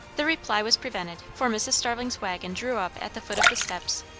the reply was prevented, for mrs. starling's waggon drew up at the foot of the steps,